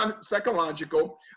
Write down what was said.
psychological